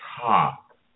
top